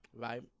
right